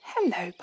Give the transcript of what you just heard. Hello